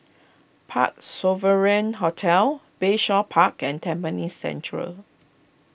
Parc Sovereign Hotel Bayshore Park and Tampines Central